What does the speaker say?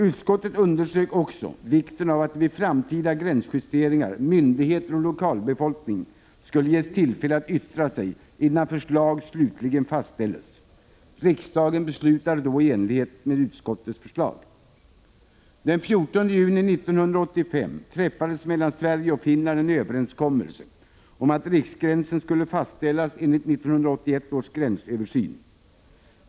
Utskottet underströk också vikten av att myndigheter och lokalbefolkning vid framtida gränsjusteringar skulle ges tillfälle att yttra sig innan förslag slutligen fastställs. Riksdagen beslutade i enlighet med utskottets förslag. Den 14 juni 1985 träffades mellan Sverige och Finland en överenskommelse om att riksgränsen skulle fastställas enligt 1981 års gränsöversyn.